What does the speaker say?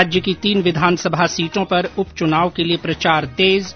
राज्य की तीन विधानसभा सीटों पर उप चुनाव के लिए प्रचार तेज